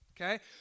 Okay